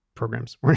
programs